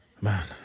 Man